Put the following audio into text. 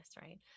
right